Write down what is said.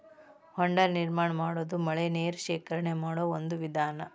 ಹೊಂಡಾ ನಿರ್ಮಾಣಾ ಮಾಡುದು ಮಳಿ ನೇರ ಶೇಖರಣೆ ಮಾಡು ಒಂದ ವಿಧಾನಾ